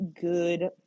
good